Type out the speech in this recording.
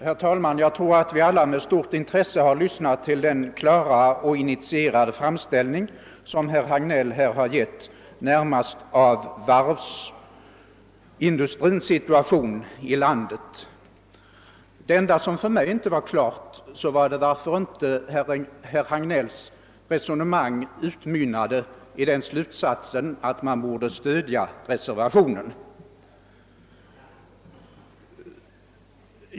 Herr talman! Vi har säkert alla med stort intresse lyssnat till herr Hagnells klara och initierade framställning av situationen för varvsindustrin här i landet. Det enda som inte blev fullt klart för mig var varför inte herr Hagnells resonemang utmynnade i att vi borde stödja reservationen.